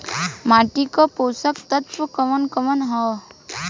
माटी क पोषक तत्व कवन कवन ह?